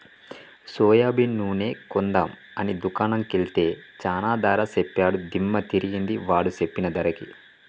soybean నూనె కొందాం అని దుకాణం కెల్తే చానా ధర సెప్పాడు దిమ్మ దిరిగింది వాడు సెప్పిన ధరకి